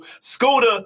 Scooter